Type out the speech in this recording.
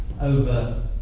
over